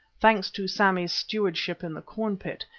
thanks to sammy's stewardship in the corn-pit,